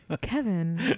kevin